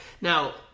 Now